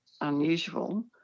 unusual